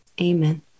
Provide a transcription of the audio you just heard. Amen